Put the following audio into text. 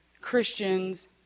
Christians